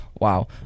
wow